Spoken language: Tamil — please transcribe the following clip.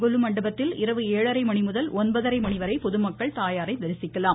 கொலு மண்டபத்தில் இரவு ஏழரை மணிமுதல் ஒன்பதரை மணிவரை பொதுமக்கள் தாயாரை தரிசிக்கலாம்